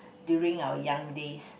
during our young days